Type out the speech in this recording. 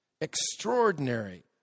extraordinary